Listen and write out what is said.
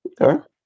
okay